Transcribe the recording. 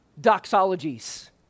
doxologies